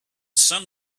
some